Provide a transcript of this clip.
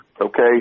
Okay